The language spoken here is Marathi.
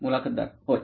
मुलाखतदार होय